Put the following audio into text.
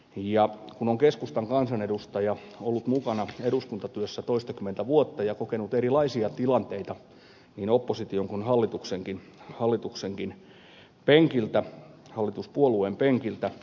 olen keskustan kansanedustajana ollut mukana eduskuntatyössä toistakymmentä vuotta ja kokenut erilaisia tilanteita niin opposition kuin hallituspuolueen penkiltä